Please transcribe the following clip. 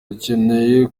ukeneye